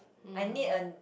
I need a